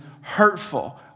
hurtful